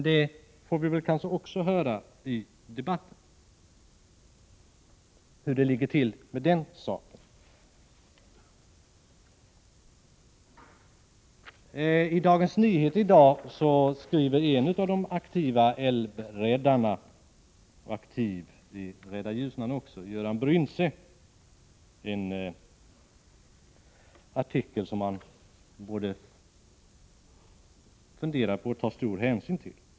Vi får kanske höra senare i debatten hur den saken ligger till. I Dagens Nyheter i dag har en av de aktiva älvräddarna — han är också aktiv i organisationen Rädda Ljusnan —, nämligen Göran Bryntse, en artikel som man borde fundera över och ta stor hänsyn till.